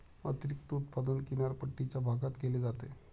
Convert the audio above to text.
अतिरिक्त उत्पादन किनारपट्टीच्या भागात केले जाते